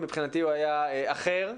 מבחינתי הוא היה אחר.